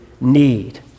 need